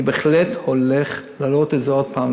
אני בהחלט הולך להעלות את זה עוד הפעם,